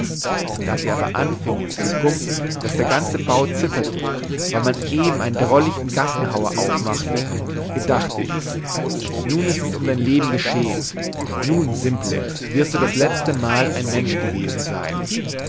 da sie aber anfiengen zu gumpen daß der ganze bau zitterte weil man eben ein drollichten gassenhauer aufmachte gedachte ich nun ist es um dein leben geschehen nun simplex wirst du das letztemal ein mensch gewesen sein